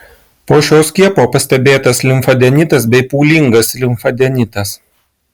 po šio skiepo pastebėtas limfadenitas bei pūlingas limfadenitas